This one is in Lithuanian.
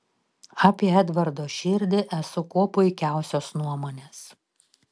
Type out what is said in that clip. apie edvardo širdį esu kuo puikiausios nuomonės